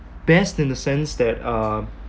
best in the sense that uh